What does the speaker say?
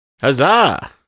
Huzzah